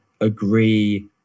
agree